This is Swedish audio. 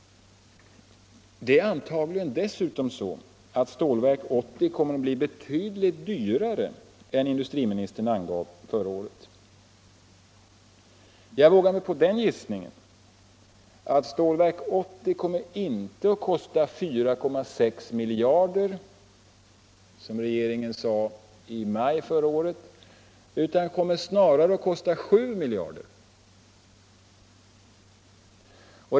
Det är antagligen dessutom så, att Stålverk 80 kommer att bli betydligt dyrare än industriministern angav förra året. Jag vågar mig på den gissningen att Stålverk 80 inte kommer att kosta 4,6 miljarder kronor, som regeringen sade i maj förra året, utan snarare 7 miljarder kronor.